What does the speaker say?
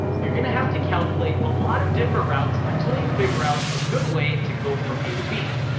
you're gonna have to calculate a lot of different routes, until you figure out a good way to go from a to b.